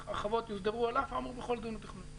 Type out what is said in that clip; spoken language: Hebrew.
שהחוות יוסדרו על אף האמור בכל דין או תכנון.